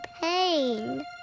pain